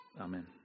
Amen